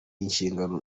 inshingano